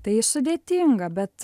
tai sudėtinga bet